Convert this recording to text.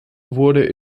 wurde